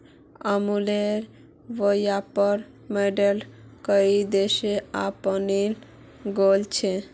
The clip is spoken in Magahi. अमूलेर व्यापर मॉडल कई देशत अपनाल गेल छ